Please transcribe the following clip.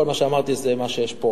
כל מה שאמרתי זה מה שיש פה,